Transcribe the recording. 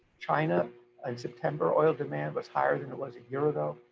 china in september, oil demand was higher than it was a year ago.